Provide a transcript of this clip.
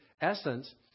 essence